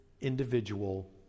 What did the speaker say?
individual